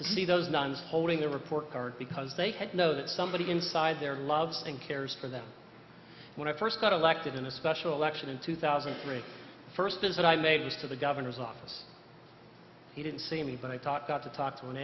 to see those nuns holding their report because they had know that somebody inside there loves and cares for them when i first got elected in a special election in two thousand and three first visit i made was to the governor's office he didn't see me but i thought got to talk to an